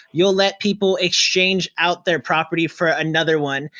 you'll let people exchange out their property for another one,